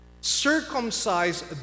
circumcise